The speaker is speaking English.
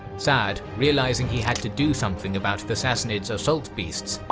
sa'd, realising he had to do something about the sassanids' assault beasts,